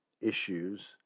issues